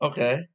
Okay